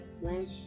wish